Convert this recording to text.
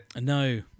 No